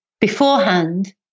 beforehand